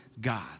God